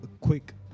quick